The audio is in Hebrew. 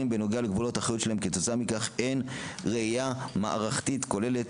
בנוגע לגבולות האחריות שלהם ולכן אין ראייה מערכתית כוללת,